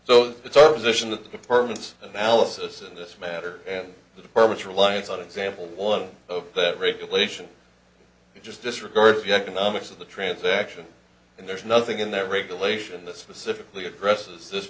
so it's our position that the department's analysis in this matter and the department's reliance on example one of that regulation he just disregards the economics of the transaction and there's nothing in that regulation that specifically addresses this